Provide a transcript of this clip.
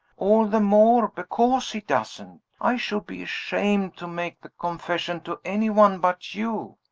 all the more because he doesn't. i should be ashamed to make the confession to any one but you.